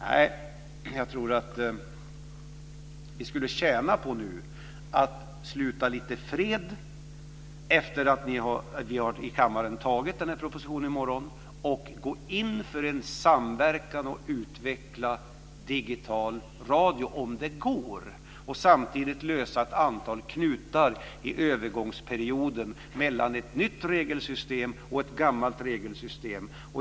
Nej, jag tror att vi skulle tjäna på att nu sluta fred, efter att vi i kammaren i morgon har tagit den här propositionen, och gå in för en samverkan och utveckla digital radio, om det går, och samtidigt lösa ett antal knutar i övergångsperioden mellan ett nytt regelsystem och ett gammalt regelsystem.